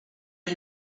not